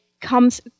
comes